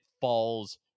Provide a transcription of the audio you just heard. falls